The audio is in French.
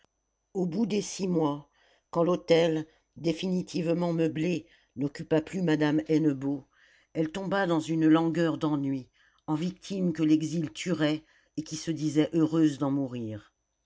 au bout des six mois quand l'hôtel définitivement meublé n'occupa plus madame hennebeau elle tomba à une langueur d'ennui en victime que l'exil tuerait et qui se disait heureuse d'en mourir